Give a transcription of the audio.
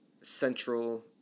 central